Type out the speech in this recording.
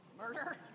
murder